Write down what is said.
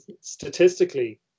statistically